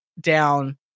down